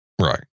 Right